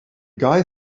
guy